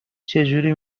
چجوری